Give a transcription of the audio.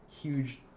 huge